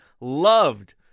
loved